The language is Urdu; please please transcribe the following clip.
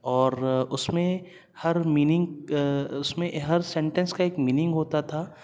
اور اس میں ہر میننگ اس میں ہر سنٹیس کا ایک مننگ ہوتا تھا